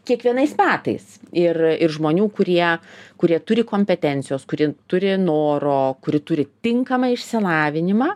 kiekvienais metais ir ir žmonių kurie kurie turi kompetencijos kurie turi noro kurie turi tinkamą išsilavinimą